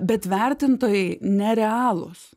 bet vertintojai nerealūs